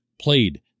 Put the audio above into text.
played